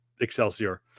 Excelsior